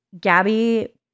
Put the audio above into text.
Gabby